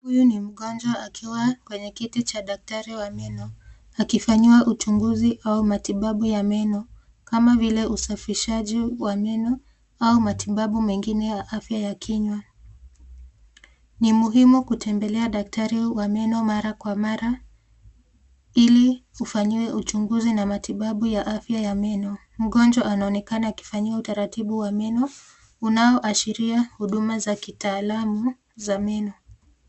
Huyu ni mgonjwa akiwa kwenye kiti cha daktari wa meno akifanyiwa uchunguzi au matibabu ya meno kama vile usafishaji wa meno au matibabu mengine ya afya ya kinywa. Ni muhimu kutembelea daktari wa meno mara kwa mara ili ufanyiwe uchunguzi na matibabu ya afya ya meno. Mgonjwa anaonekana akifanyiwa utaratibu wa meno unaoashiria huduma za kitaalamu za meno.